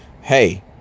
hey